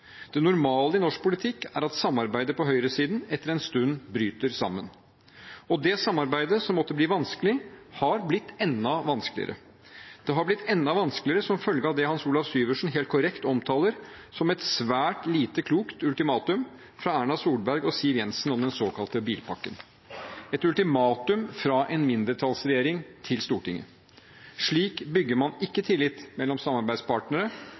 Det normale i norsk politikk er at samarbeidet på høyresiden etter en stund bryter sammen. Og det samarbeidet som måtte bli vanskelig, har blitt enda vanskeligere. Det har blitt enda vanskeligere som følge av det Hans Olav Syversen helt korrekt omtaler som et svært lite klokt ultimatum fra Erna Solberg og Siv Jensen om den såkalte bilpakken – et ultimatum fra en mindretallsregjering til Stortinget. Slik bygger man ikke tillit mellom